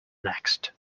next